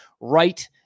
right